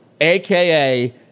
AKA